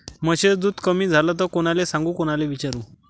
म्हशीचं दूध कमी झालं त कोनाले सांगू कोनाले विचारू?